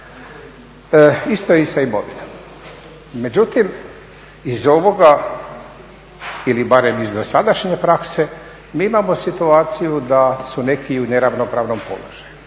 Isto je i sa imovinom. Međutim, iz ovoga ili barem iz dosadašnje prakse mi imamo situaciju da su neki u neravnopravnom položaju.